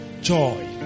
Joy